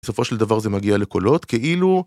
בסופו של דבר זה מגיע לקולות כאילו.